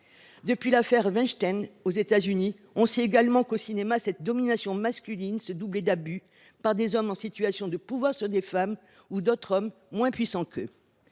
de l’affaire Weinstein aux États Unis, on sait également que cette domination masculine se doublait d’abus commis par des hommes en situation de pouvoir sur des femmes ou sur d’autres hommes moins puissants.